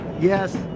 Yes